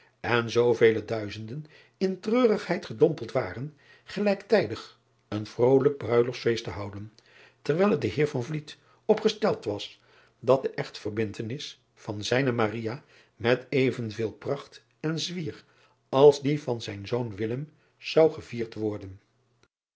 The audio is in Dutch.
en zoovele duizenden in treurigheid gedompeld waren gelijktijdig een vrolijk ruiloftsfeest te houden terwijl er de eer op gesteld was dat driaan oosjes zn et leven van aurits ijnslager de chtverbindtenis van zijne met evenveel pracht en zwier als die van zijn zoon zou gevierd worden